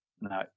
no